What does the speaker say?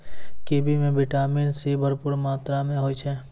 kiwi म vitamin C भरपूर मात्रा में होय छै